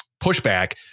pushback